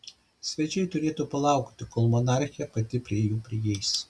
svečiai turėtų palaukti kol monarchė pati prie jų prieis